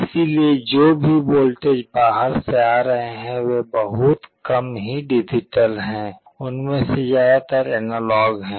इसलिए जो भी वोल्टेज बाहर से आ रहे हैं वे बहुत कम ही डिजिटल हैं उनमें से ज्यादातर एनालॉग हैं